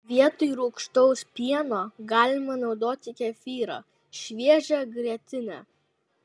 vietoj rūgštaus pieno galima naudoti kefyrą šviežią grietinę